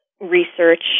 Research